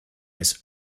his